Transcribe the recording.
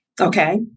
Okay